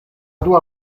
dua